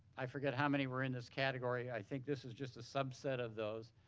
i forgot how many were in this category. i think this is just a subset of those,